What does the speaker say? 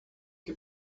que